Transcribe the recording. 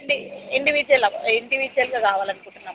ఇండి ఇండివిజ్వల్లాగా ఇండివిజ్వల్గా కావాలి అనుకుంటున్నాము